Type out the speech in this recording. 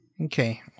Okay